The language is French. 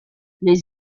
les